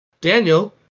Daniel